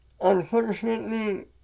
Unfortunately